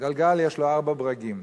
גלגל יש ארבעה ברגים.